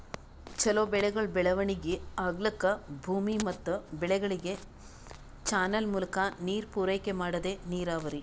ಛಲೋ ಬೆಳೆಗಳ್ ಬೆಳವಣಿಗಿ ಆಗ್ಲಕ್ಕ ಭೂಮಿ ಮತ್ ಬೆಳೆಗಳಿಗ್ ಚಾನಲ್ ಮೂಲಕಾ ನೀರ್ ಪೂರೈಕೆ ಮಾಡದೇ ನೀರಾವರಿ